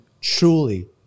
truly